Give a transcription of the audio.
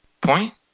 Point